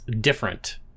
different